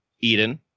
Eden